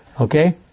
Okay